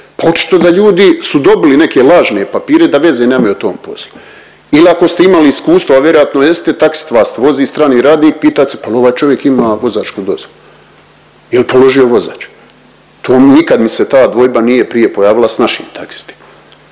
očito da ljudi su dobili neke lažne papire da veze nemaju o tom poslu ili ako ste imali iskustvo, a vjerojatno jeste, taksist vas vozi, strani radnik i pita se pa jel ovaj čovjek ima vozačku dozvolu, jel položio vozački, to nikad mi se ta dvojba nije prije pojavila s našim taksistima